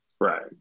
Right